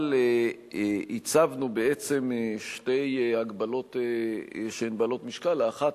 אבל הצבנו שתי הגבלות שהן בעלות משקל: האחת,